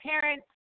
parents